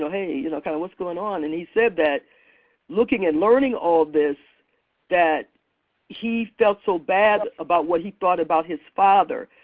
so you know kind of, what's going on? and he said that looking and learning all of this that he felt so bad about what he thought about his father.